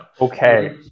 Okay